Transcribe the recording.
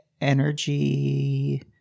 energy